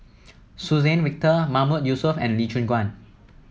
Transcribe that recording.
Suzann Victor Mahmood Yusof and Lee Choon Guan